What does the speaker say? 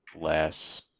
less